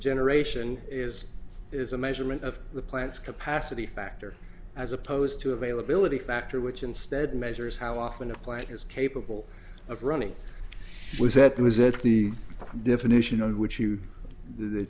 generation is is a measurement of the plant's capacity factor as opposed to availability factor which instead measures how often a plant is capable of running was that was that the definition on which you the